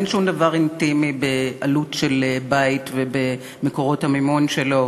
אין שום דבר אינטימי בעלות של בית ובמקורות המימון שלו.